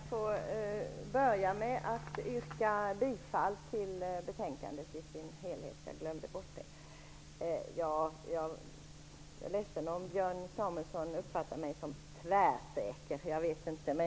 Fru talman! Jag skall börja med att yrka bifall till utskottets hemställan i sin helhet. Jag är ledsen om Björn Samuelson uppfattar mig som tvärsäker.